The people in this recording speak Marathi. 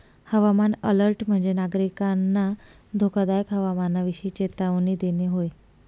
हवामान अलर्ट म्हणजे, नागरिकांना धोकादायक हवामानाविषयी चेतावणी देणे आहे